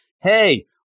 hey